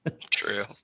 true